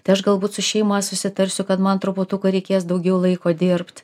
tai aš galbūt su šeima susitarsiu kad man truputuką reikės daugiau laiko dirbt